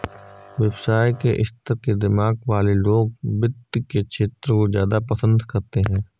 व्यवसाय के स्तर के दिमाग वाले लोग वित्त के क्षेत्र को ज्यादा पसन्द करते हैं